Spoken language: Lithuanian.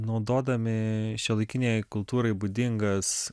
naudodami šiuolaikinei kultūrai būdingas